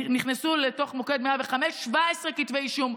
נכנסו לתוך מוקד 105, ו-17 כתבי אישום.